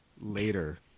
later